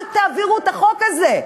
אל תעבירו את החוק הזה.